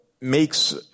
makes